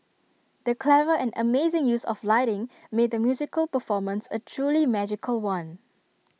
the clever and amazing use of lighting made the musical performance A truly magical one